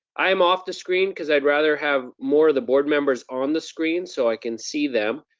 i'm off the screen because i'd rather have more of the board members on the screen, so i can see them.